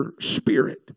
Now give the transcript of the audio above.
spirit